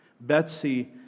Betsy